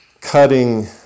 cutting